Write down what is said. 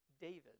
David